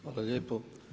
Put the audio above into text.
Hvala lijepo.